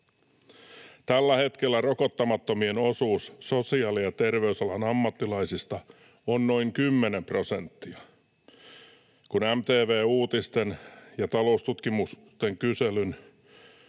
”Tällä hetkellä rokottamattomien osuus sosiaali‑ ja terveysalan ammattilaisista on noin 10 prosenttia, kun MTV Uutisten ja Taloustutkimuksen kyselyn